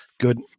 good